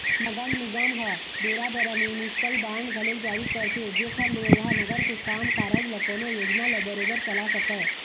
नगर निगम ह बेरा बेरा म्युनिसिपल बांड घलोक जारी करथे जेखर ले ओहा नगर के काम कारज ल कोनो योजना ल बरोबर चला सकय